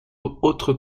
autres